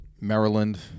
Maryland